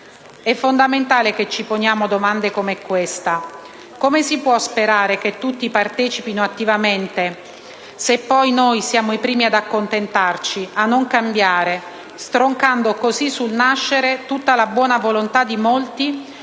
È fondamentale che ci poniamo domande come questa. Come si può sperare che tutti partecipino attivamente al progresso dell'Italia, se poi noi siamo i primi ad accontentarci, a non cambiare, stroncando cosi sul nascere tutta la buona volontà di molti